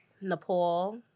Nepal